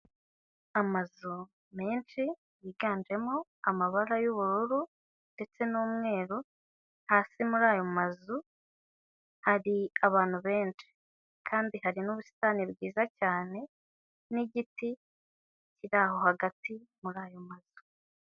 Amazu menshi yiganjemo amabara y'ubururu ndetse n'umweru hasi muri ayo mazu hari abantu benshi, kandi hari n'ubusitani bwiza cyane n'igiti kiraho hagati muri ayo mazu.